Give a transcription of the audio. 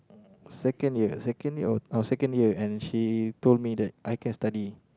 second year second year oh and she told me that I can study